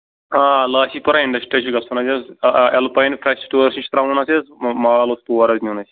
آ لٲسی پورہ اِنڈَسٹِرٛی چھُ اَسہِ گژھُن حظ ایلپایِن فرٛس سِٹور نِش ترٛاوُن اَسہِ حظ مال حظ تور نِیُن اَسہِ